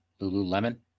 Lululemon